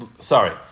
sorry